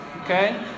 Okay